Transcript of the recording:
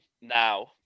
now